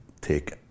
take